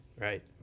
Right